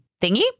thingy